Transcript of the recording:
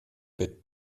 bett